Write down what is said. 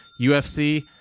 ufc